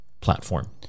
platform